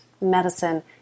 medicine